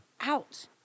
Out